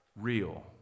real